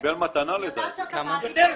עד 395?